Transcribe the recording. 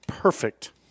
Perfect